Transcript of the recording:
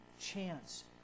chance